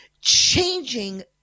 changing